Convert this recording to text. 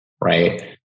Right